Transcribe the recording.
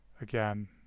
again